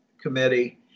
committee